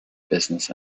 business